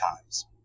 times